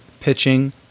pitching